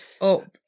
up